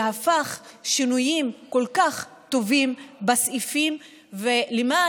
והפך שינויים כל כך טובים בסעיפים למען